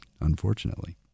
unfortunately